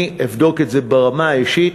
אני אבדוק את זה ברמה האישית,